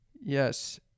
Yes